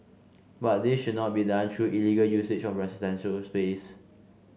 but this should not be done through illegal usage of residential space